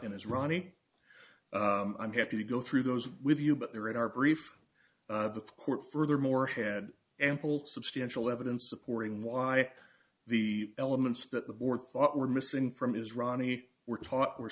in his ronnie i'm happy to go through those with you but there in our brief court furthermore had ample substantial evidence supporting why the elements that the board thought were missing from his ronnie were